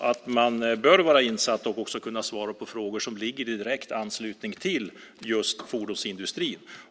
att hon bör vara insatt och också kunna svara på frågor som ligger i direkt anslutning till just fordonsindustrin.